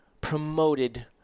promoted